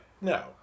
no